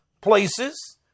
places